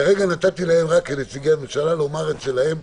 כרגע רק נתתי להם, כנציגי הממשלה, לומר את שלהם,